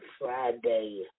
Friday